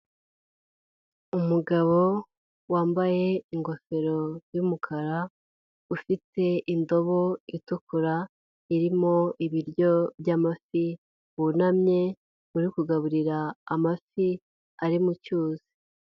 Umugabo wambaye ingofero y'umukara ufite indobo itukura irimo ibiryo by'amafi wunamye uri kugaburira amafi ari mu cyuzi.